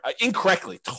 incorrectly